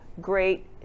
great